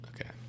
Okay